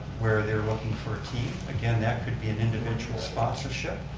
where they're looking for a team. again, that could be an individual sponsorship.